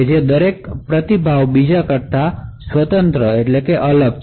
જે દરેકનો રીસ્પોન્શ બીજા કરતા સ્વતંત્ર છે